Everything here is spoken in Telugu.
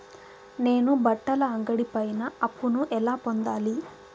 నేను బట్టల అంగడి పైన అప్పును ఎలా పొందాలి?